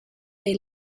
they